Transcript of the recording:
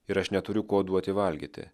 ir aš neturiu ko duoti valgyti